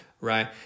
right